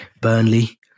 Burnley